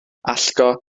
allgo